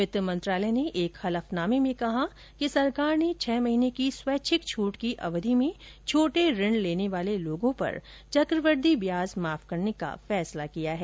वित्त मंत्रालय ने एक हलफनामे में कहा है कि सरकार ने छह महीने की स्वैच्छिक छूट की अवधि में छोटे ऋण लेने वाले लोगों पर चक्रवृद्वि ब्याज माफ करने का फैसला किया है